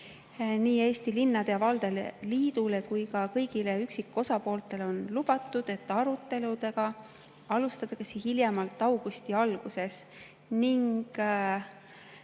Nii Eesti Linnade ja Valdade Liidule kui ka kõigile üksikosapooltele on lubatud, et arutelusid alustatakse hiljemalt augusti alguses ning